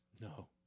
No